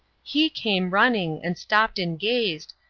he came running, and stopped and gazed,